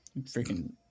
Freaking